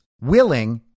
willing